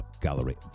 Gallery